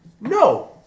No